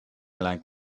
like